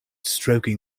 stroking